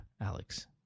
Alex